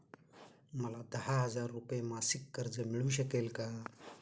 मला दहा हजार रुपये मासिक कर्ज मिळू शकेल का?